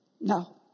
No